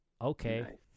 okay